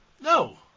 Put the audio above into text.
No